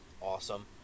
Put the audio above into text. Awesome